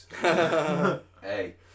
Hey